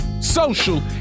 social